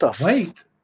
Wait